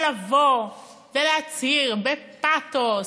אבל לבוא ולהצהיר בפתוס: